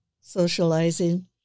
socializing